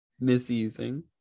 misusing